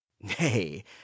nay